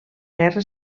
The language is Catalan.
guerra